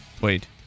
wait